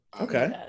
okay